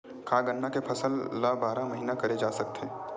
का गन्ना के फसल ल बारह महीन करे जा सकथे?